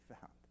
found